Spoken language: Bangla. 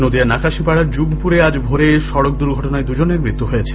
নদিয়ার নাকাশীপাড়ার যুগপুরে আজ ভোরে সড়ক দুর্ঘটনায় দু জনের মৃত্যু হয়েছে